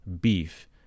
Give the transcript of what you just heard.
beef